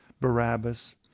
Barabbas